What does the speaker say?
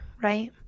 right